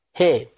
hey